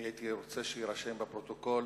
הייתי רוצה שיירשם בפרוטוקול